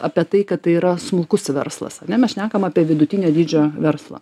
apie tai kad tai yra smulkus verslas ane mes šnekam apie vidutinio dydžio verslą